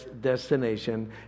destination